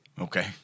Okay